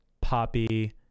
Poppy